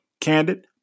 candid